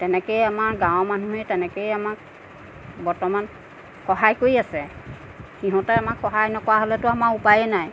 তেনেকেই আমাৰ গাঁৱৰ মানুহে তেনেকেই আমাক বৰ্তমান সহায় কৰি আছে সিহঁতে আমাক সহায় নকৰা হ'লেতো আমাৰ উপায়েই নাই